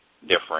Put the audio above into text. different